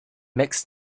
mixed